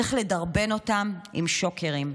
צריך לדרבן אותם עם שוקרים.